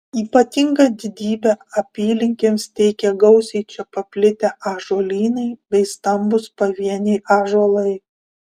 ypatingą didybę apylinkėms teikia gausiai čia paplitę ąžuolynai bei stambūs pavieniai ąžuolai